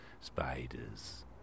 spiders